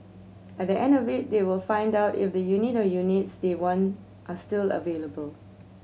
at the end of it they will find out if the unit or units they want are still available